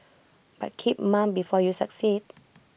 but keep mum before you succeed